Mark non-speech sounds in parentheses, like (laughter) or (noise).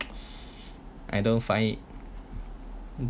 (noise) I don't find it